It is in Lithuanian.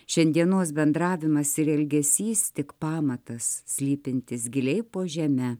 šiandienos bendravimas ir elgesys tik pamatas slypintis giliai po žeme